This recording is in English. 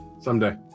Someday